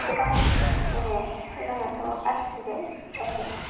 गोबां माने होनायाथ' आरजिबाय ओमफ्राय